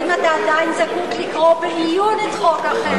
האם אתה עדיין זקוק לקרוא בעיון את חוק החרם?